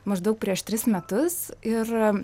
maždaug prieš tris metus ir